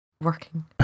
working